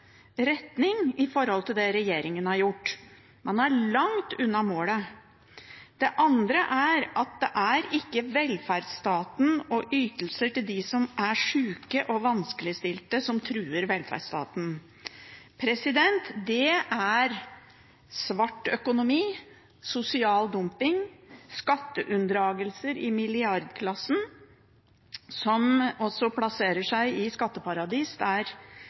retning i forhold til det regjeringen har gjort. Man er langt unna målet. En annen ting er at det er ikke velferdsstaten og ytelser til syke og vanskeligstilte som truer velferdsstaten. Det er svart økonomi, sosial dumping og skatteunndragelser i milliardklassen – milliarder som plasseres i skatteparadis, der